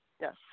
Yes